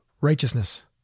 righteousness